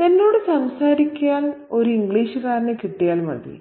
തന്നോട് സംസാരിക്കാൻ ഒരു ഇംഗ്ലീഷുകാരനെ കിട്ടിയാൽ മതി